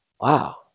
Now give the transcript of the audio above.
Wow